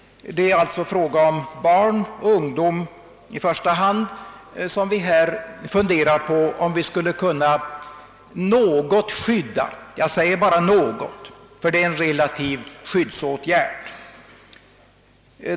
Det är alltså fråga om barn och ungdom i första hand som vi har funderingar på att något skydda; jag säger något, ty det är en relativ skyddsåtgärd.